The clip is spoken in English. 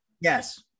Yes